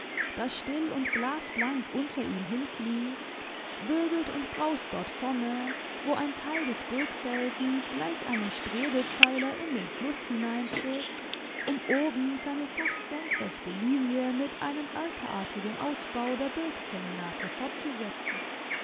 das still und glasblank unter ihm hinfließt wirbelt und braust dort vorne wo ein teil des burgfelsens gleich einem strebepfeiler in den fluß hineintritt um oben seine fast senkreckte linie mit einem erkerartigen ausbau der burgkemenate fortzusetzen